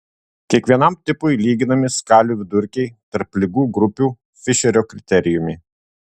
kiekvienam tipui lyginami skalių vidurkiai tarp ligų grupių fišerio kriterijumi